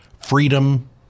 freedom